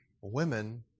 Women